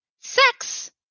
Sex